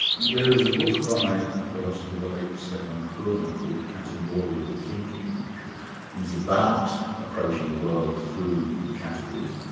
there's a book by a philosopher, the late stephan korner, called categorial thinking, which is about approaching the world through categories.